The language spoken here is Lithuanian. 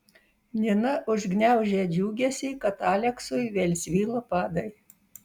nina užgniaužė džiugesį kad aleksui vėl svyla padai